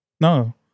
No